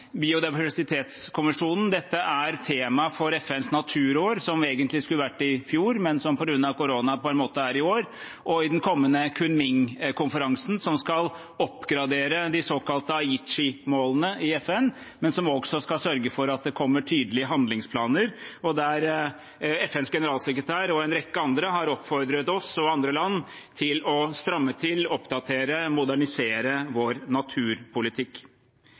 Dette er temaet for FNs naturår, som egentlig skulle vært i fjor, men som på grunn av korona på en måte er i år, og for den kommende Kunming-konferansen, som skal oppgradere de såkalte Aichi-målene i FN, men som også skal sørge for at det kommer tydelige handlingsplaner, og der FNs generalsekretær og en rekke andre har oppfordret oss og andre land til å stramme til, oppdatere og modernisere vår naturpolitikk.